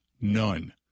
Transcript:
None